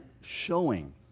showing